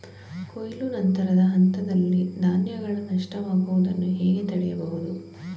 ಕೊಯ್ಲು ನಂತರದ ಹಂತದಲ್ಲಿ ಧಾನ್ಯಗಳ ನಷ್ಟವಾಗುವುದನ್ನು ಹೇಗೆ ತಡೆಯಬಹುದು?